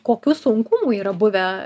kokių sunkumų yra buvę